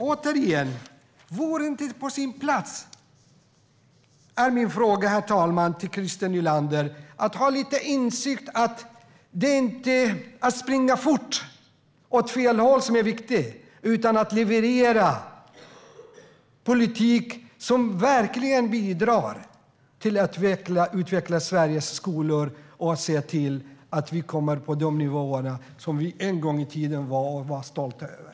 Återigen är min fråga till Christer Nylander: Vore det inte på sin plats att ha lite insikt om att det viktiga inte är att springa fort åt fel håll utan att leverera politik som verkligen bidrar till att utveckla Sveriges skolor och se till att vi kommer på de nivåer som vi en gång i tiden var och var stolta över?